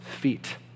feet